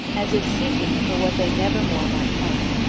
as if seeking for what they never more might find.